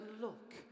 look